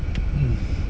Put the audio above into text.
mm